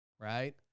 right